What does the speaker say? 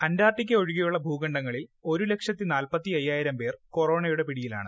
Antarctica ഒഴികെയുള്ള ഭൂഖണ്ഡങ്ങളിൽ ഒരു ലക്ഷത്തി നാൽപ്പയ്യായിരം പേർ കൊറൊണയുടെ പിടിയിലാണ്